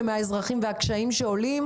מהאזרחים והקשיים שלהם.